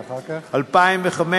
התשס"ה 2005,